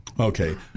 Okay